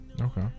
Okay